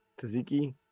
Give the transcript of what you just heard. Taziki